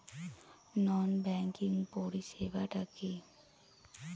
নন banking পরিষেবা টা কি?